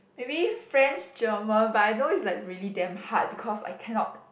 maybe French German but I know it's like really damn hard because I cannot